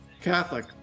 Catholic